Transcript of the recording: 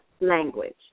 language